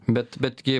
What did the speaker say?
bet betgi